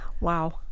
Wow